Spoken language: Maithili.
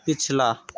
पिछला